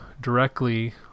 directly